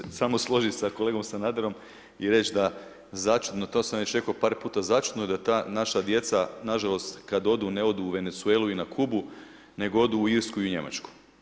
Mogu se samo složiti sa kolegom Sanaderom i reći da za čudo, to sam već rekao par puta, za čudo da ta naša djeca na žalost kad odu ne odu u Venezuelu i na Kubu, nego odu u Irsku i Njemačku.